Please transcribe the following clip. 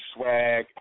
Swag